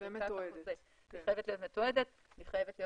היא חייבת להיות מתועדת והיא חייבת להיות